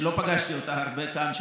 שלא פגשתי אותה הרבה פעמים,